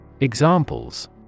Examples